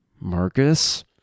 Marcus